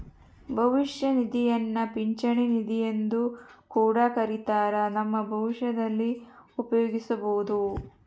ಭವಿಷ್ಯ ನಿಧಿಯನ್ನ ಪಿಂಚಣಿ ನಿಧಿಯೆಂದು ಕೂಡ ಕರಿತ್ತಾರ, ನಮ್ಮ ಭವಿಷ್ಯದಲ್ಲಿ ಉಪಯೋಗಿಸಬೊದು